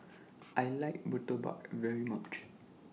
I like Murtabak very much